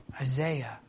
Isaiah